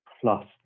plus